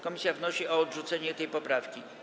Komisja wnosi o odrzucenie tej poprawki.